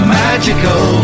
magical